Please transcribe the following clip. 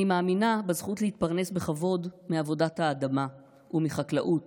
אני מאמינה בזכות להתפרנס בכבוד מעבודת האדמה ומחקלאות